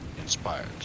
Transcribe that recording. inspired